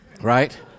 Right